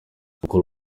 gukura